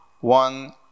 one